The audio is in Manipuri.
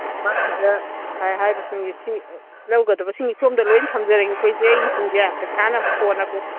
ꯃꯣꯝꯄꯥꯛ ꯐꯤꯗꯛ ꯉꯁꯥꯏ ꯍꯥꯏꯕꯁꯤꯡꯒꯤ ꯂꯧꯒꯗꯕꯁꯤꯡꯒꯤ ꯁꯣꯝꯗ ꯂꯣꯏ ꯊꯝꯖꯔꯒꯦꯀꯣ ꯏꯆꯦ ꯑꯩꯒꯤꯁꯤꯡꯁꯦ ꯄꯩꯁꯥꯅ ꯑꯃꯨꯛ ꯀꯣꯟꯅ ꯀꯣꯟꯅ